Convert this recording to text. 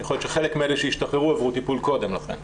יכול להיות שחלק מאלה שהשתחררו עברו טיפול קודם לכן.